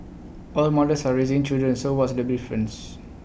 all the mothers are raising children so what's the difference